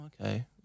okay